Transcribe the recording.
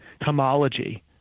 homology